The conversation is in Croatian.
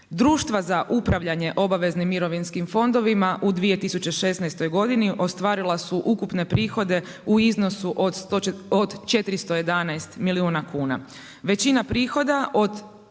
Društva za upravljanje obaveznim mirovinskim fondovima u 2016. godini, ostvarila su ukupne prihode u iznosu od 411 milijuna kuna.